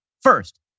First